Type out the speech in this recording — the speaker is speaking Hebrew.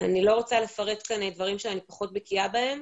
אני לא רוצה לפרט כאן דברים שאני פחות בקיאה בהם.